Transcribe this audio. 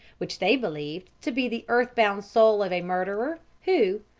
which they believed to be the earth-bound soul of a murderer, who,